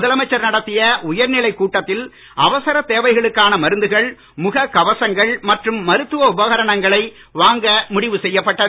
முதலமைச்சர் நடத்திய உயர்நிலைக் கூட்டத்தில் அவசரத் தேவைகளுக்கான மருந்துகள் முகக் கவசங்கள் மற்றும் மருத்துவ உபகரணங்களை வாங்க முடிவு செய்யப் பட்டது